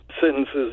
sentences